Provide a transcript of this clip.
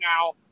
now